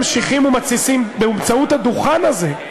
אתם ממשיכים ומתסיסים באמצעות הדוכן הזה,